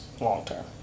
long-term